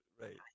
Right